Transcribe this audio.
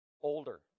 older